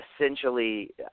essentially